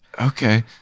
Okay